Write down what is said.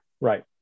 right